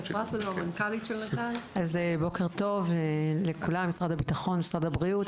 אז בוקר טוב לכולם, משרד הביטחון, משרד הבריאות.